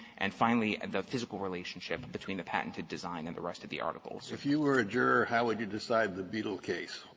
and finally the physical relationship between the patented design and the rest of the article. kennedy if you were a juror, how would you decide the beetle case,